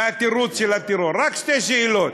והתירוץ של הטרור, רק שתי שאלות: